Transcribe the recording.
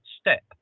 step